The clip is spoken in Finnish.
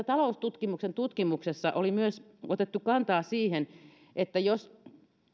taloustutkimuksen tutkimuksessa oli myös otettu kantaa siihen